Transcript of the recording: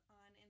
on